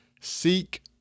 seek